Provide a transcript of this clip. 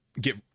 get